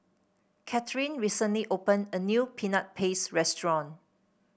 Catherine recently opened a new Peanut Paste restaurant